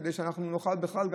כדי שאנחנו נוכל בכלל,